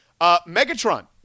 Megatron